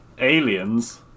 aliens